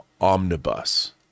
omnibus